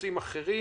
ונושאים אחרים.